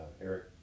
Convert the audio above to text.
Eric